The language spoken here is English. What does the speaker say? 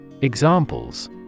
Examples